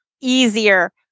easier